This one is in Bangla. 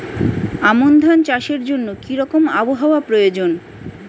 আমন ধান চাষের জন্য কি রকম আবহাওয়া প্রয়োজন?